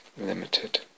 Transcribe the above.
Limited